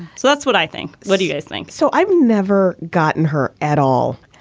so that's what i think. what do you guys think? so i've never gotten her at all.